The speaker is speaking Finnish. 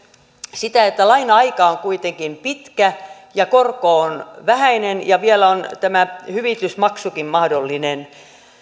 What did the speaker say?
sitä niin laina aika on kuitenkin pitkä ja korko on vähäinen ja vielä on tämä hyvitysmaksukin mahdollinen